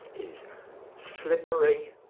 he's slippery,